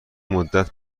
مدت